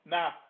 Now